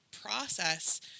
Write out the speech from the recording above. process